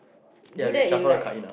do there in like